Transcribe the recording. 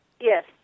Yes